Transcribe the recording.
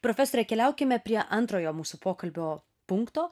profesore keliaukime prie antrojo mūsų pokalbio punkto